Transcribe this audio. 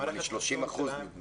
30% נדמה לי.